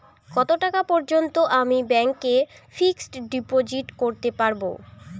কত টাকা পর্যন্ত আমি ব্যাংক এ ফিক্সড ডিপোজিট করতে পারবো?